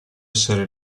essere